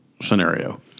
scenario